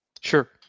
Sure